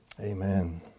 Amen